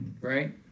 right